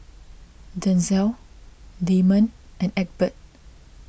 Denzell Damon and Egbert